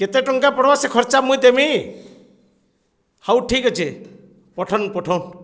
କେତେ ଟଙ୍କା ପଡ଼୍ବା ସେ ଖର୍ଚ୍ଚା ମୁଇଁ ଦେମି ହଉ ଠିକ୍ ଅଛେ ପଠନ୍ ପଠ